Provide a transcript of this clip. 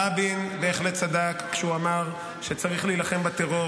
רבין בהחלט צדק כשהוא אמר שצריך להילחם בטרור